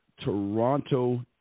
Toronto